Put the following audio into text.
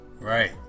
Right